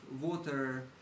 water